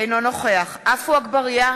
אינו נוכח עפו אגבאריה,